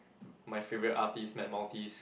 my favourite artist Matt-Maltese